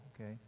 okay